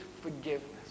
forgiveness